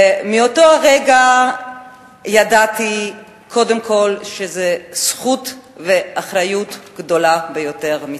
מאותו רגע ידעתי קודם כול שזו זכות ואחריות גדולה ביותר,